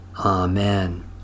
Amen